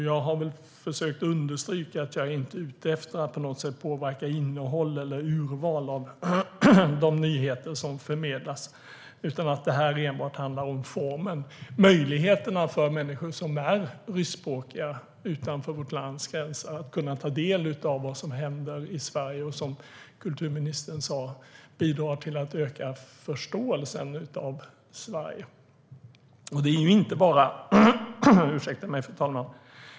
Jag har väl försökt understryka att jag inte är ute efter att på något sätt påverka innehåll eller urval av de nyheter som förmedlas utan att detta enbart handlar om formen - möjligheterna för ryskspråkiga människor utanför vårt land att ta del av vad som händer i Sverige. Som kulturministern sa bidrar det till att öka förståelsen av Sverige.